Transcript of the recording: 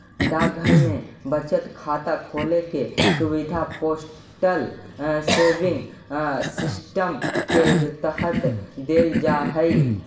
डाकघर में बचत खाता खोले के सुविधा पोस्टल सेविंग सिस्टम के तहत देल जा हइ